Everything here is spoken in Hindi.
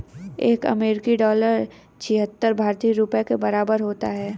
एक अमेरिकी डॉलर छिहत्तर भारतीय रुपये के बराबर होता है